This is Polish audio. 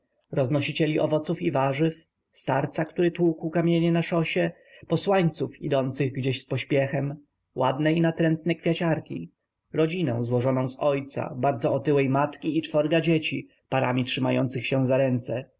szkapę roznosicieli owoców i jarzyn starca który tłukł kamienie na szosie posłańców idących gdzieś z pośpiechem ładne i natrętne kwiaciarki rodzinę złożoną z ojca bardzo otyłej matki i czworga dzieci parami trzymających się za ręce